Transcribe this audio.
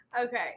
Okay